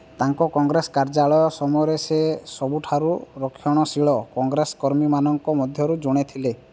ତାଙ୍କ କଂଗ୍ରେସ କାର୍ଯ୍ୟକାଳ ସମୟରେ ସେ ସବୁଠାରୁ ରକ୍ଷଣଶୀଳ କଂଗ୍ରେସକର୍ମୀମାନଙ୍କ ମଧ୍ୟରୁ ଜଣେ ଥିଲେ